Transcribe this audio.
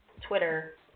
Twitter